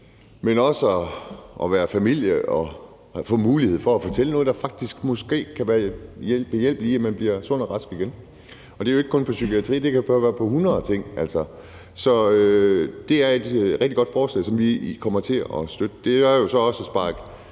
men også at være familie og få mulighed for at fortælle noget, der faktisk måske kan være en hjælp til, at man bliver sund og rask igen. Og det er jo ikke kun inden for psykiatrien; det kan være hundrede ting. Så det er et rigtig godt forslag, som vi kommer til at støtte. Konservative har